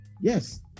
Yes